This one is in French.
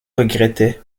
regrettait